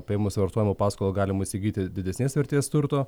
paėmus vartojimo paskolą galima įsigyti didesnės vertės turto